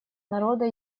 народа